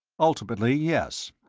ultimately, yes.